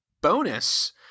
bonus